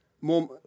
mum